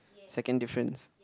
second difference